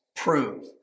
Prove